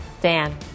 Dan